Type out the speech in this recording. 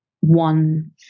one